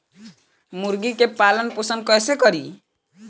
मुर्गी के पालन पोषण कैसे करी?